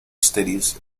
studies